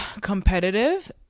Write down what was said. competitive